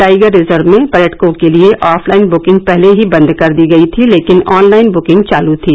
tiger reserve में पर्यटकों के लिए ऑफलाइन बुकिंग पहले ही बंद कर दी गयी थी लेकिन ऑनलाइन बुकिंग चालू थी